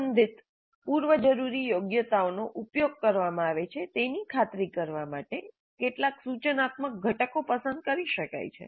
સંબંધિત પૂર્વજરૂરી યોગ્યતાઓનો ઉપયોગ કરવામાં આવે છે તેની ખાતરી કરવા માટે કેટલાક સૂચનાત્મક ઘટકો પસંદ કરી શકાય છે